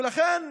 לכן,